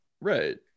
right